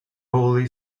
holy